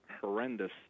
horrendous